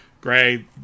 Gray